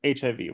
HIV